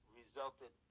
resulted